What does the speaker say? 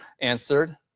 answered